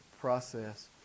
process